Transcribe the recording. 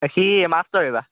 সি master এইবাৰ